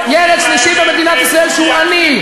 אין כל ילד שלישי במדינת ישראל שהוא עני.